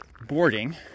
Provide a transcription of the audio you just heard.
boarding